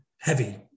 heavy